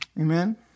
Amen